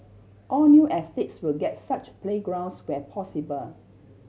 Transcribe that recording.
all new estates will get such playgrounds where possible